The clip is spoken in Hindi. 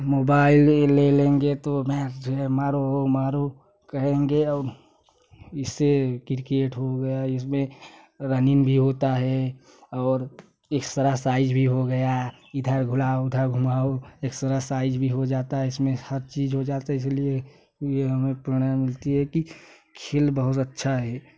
मोबाइल ले लेंगे तो अपना जो है मारो वह मारो कहेंगे और इससे क्रिकेट हो गया इसमें रनिंग भी होता है और ऐक्सरासाइज भी हो गया इधर घुमाव उधर घुमाव ऐक्सरासाइज भी हो जाता है इसमें हर चीज़ हो जाता है इसलिए यह हमें परिणाम मिलती है कि खेल बहुत अच्छा हैं